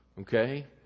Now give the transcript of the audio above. Okay